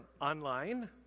online